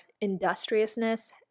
industriousness